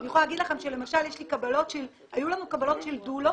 אני יכולה להגיד לכם שלמשל היו לנו קבלות של דולות.